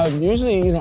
um usually,